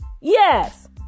Yes